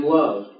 love